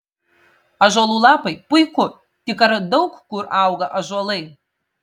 ąžuolų lapai puiku tik ar daug kur auga ąžuolai